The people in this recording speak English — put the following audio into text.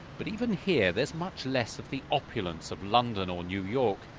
but even here, there's much less of the opulence of london or new york.